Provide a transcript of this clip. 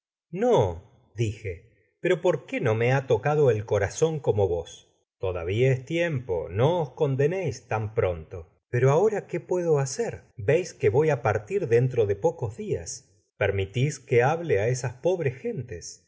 no dije pero por qué no me ha tocado e corazon como vos todavía es tiempo no os condenáis tan pronto pero ahora qué puedo hacer veis que i voyi á partir dentro de pocos dias permitísi que hable ái esas pobres gentes